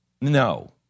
No